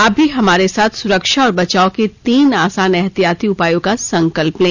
आप भी हमारे साथ सुरक्षा और बचाव के तीन आसान एहतियाती उपायों का संकल्प लें